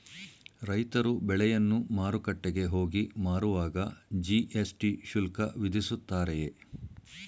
ರೈತರು ಬೆಳೆಯನ್ನು ಮಾರುಕಟ್ಟೆಗೆ ಹೋಗಿ ಮಾರುವಾಗ ಜಿ.ಎಸ್.ಟಿ ಶುಲ್ಕ ವಿಧಿಸುತ್ತಾರೆಯೇ?